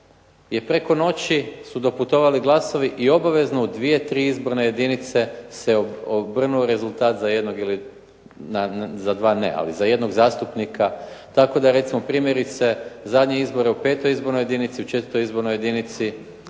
je preko noći su doputovali glasovi i obavezno u dvije, tri izborne jedinice se obrne rezultat za jednog ili, za dva ne, ali za jednog zastupnika. Tako da recimo primjerice zadnje izbore u 5. izbornoj jedinici, u 4. izbornoj jedinici